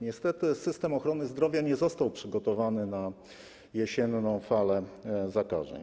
Niestety system ochrony zdrowia nie został przygotowany na jesienną falę zakażeń.